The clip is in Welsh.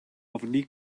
ofni